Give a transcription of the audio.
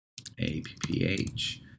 APPH